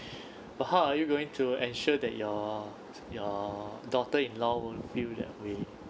but how are you going to ensure that your your daughter-in-law won't feel that way